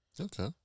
Okay